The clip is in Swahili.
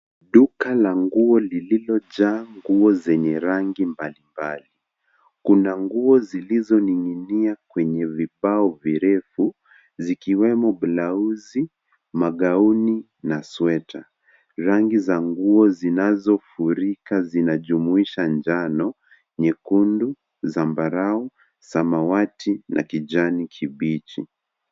Duka la nguo lililojaa nguo zenye rangi mbalimbali. Kuna nguo zilizoning'inia kwenye vibao virefu zikiwemo blauzi, magauni na sweta. Rangi za nguo zinazofurika zinajumuisha njano , nyekundu, zambarau, samawati na kijani kibichi.